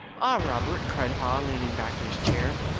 ah, robert, cried haw, leaning back in his chair,